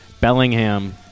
Bellingham